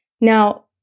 Now